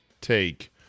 take